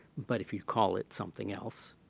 but if you call it something else,